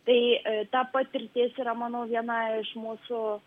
tai ta patirtis yra manau viena iš mūsų